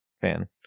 fan